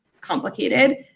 complicated